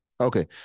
Okay